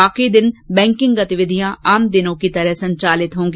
बाकी दिन बैंकिंग गतिविधियां आम दिनों की तरह संचालित होंगी